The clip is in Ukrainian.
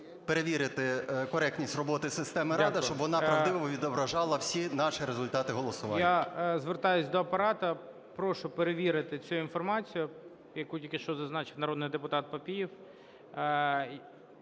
перевірити коректність роботи системи "Рада", щоб вона правдиво відображала всі наші результати голосування. ГОЛОВУЮЧИЙ. Дякую. Я звертаюсь до Апарату, прошу перевірити цю інформацію, яку тільки що зазначив народний депутат Папієв,